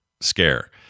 scare